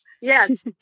Yes